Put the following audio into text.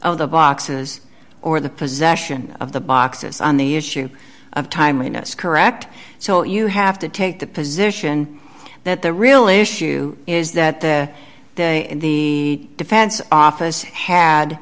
of the boxes or the possession of the boxes on the issue of timing is correct so you have to take the position that the real issue is that the day the defense office had